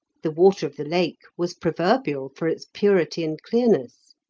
the water of the lake was proverbial for its purity and clearness.